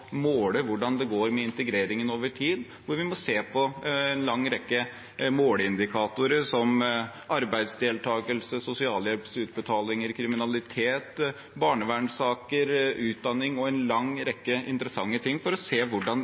hvordan det går med integreringen over tid, der vi ser på en lang rekke måleindikatorer, som arbeidsdeltakelse, sosialhjelputbetalinger, kriminalitet, barnevernssaker, utdanning og en lang rekke interessante ting for å se hvordan